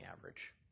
average